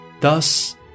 Thus